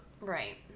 Right